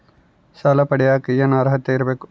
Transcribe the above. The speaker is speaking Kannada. ಸಾಲ ಪಡಿಯಕ ಏನು ಅರ್ಹತೆ ಇರಬೇಕು?